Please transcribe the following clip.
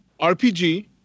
RPG